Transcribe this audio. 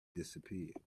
disappeared